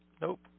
Nope